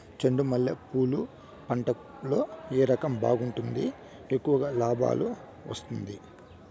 చెండు మల్లె పూలు పంట లో ఏ రకం బాగుంటుంది, ఎక్కువగా లాభాలు వస్తుంది?